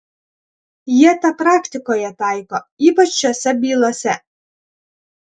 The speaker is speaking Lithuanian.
jie tą praktikoje taiko ypač šiose bylose